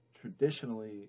traditionally